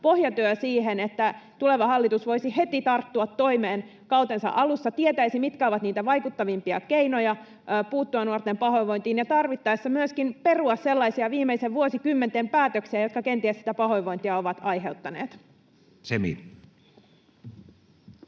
pohjatyö siihen, että tuleva hallitus voisi heti tarttua toimeen kautensa alussa, tietäisi, mitkä ovat niitä vaikuttavimpia keinoja puuttua nuorten pahoinvointiin, ja tarvittaessa voisi myöskin perua sellaisia viimeisten vuosikymmenten päätöksiä, jotka kenties sitä pahoinvointia ovat aiheuttaneet? [Speech